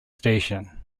station